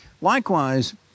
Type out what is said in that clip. Likewise